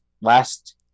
last